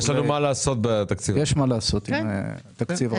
יש מה לעשות עם התקציב.